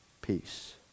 Peace